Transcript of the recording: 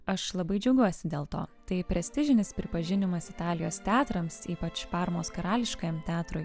aš labai džiaugiuosi dėl to tai prestižinis pripažinimas italijos teatrams ypač parmos karališkajam teatrui